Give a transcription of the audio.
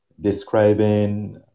describing